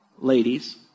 ladies